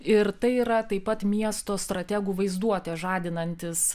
ir tai yra taip pat miesto strategų vaizduotę žadinantis